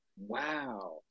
Wow